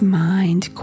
mind